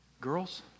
girls